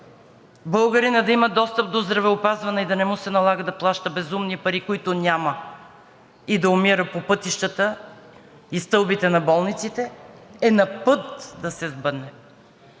българинът да има достъп до здравеопазване и да не му се налага да плаща безумни пари, които няма, и да умира по пътищата и стълбите на болниците, е напът да се сбъдне;